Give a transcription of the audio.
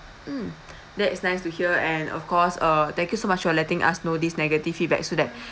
mm that's nice to hear and of course uh thank you so much for letting us know this negative feedback so that